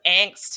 angst